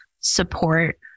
support